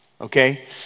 okay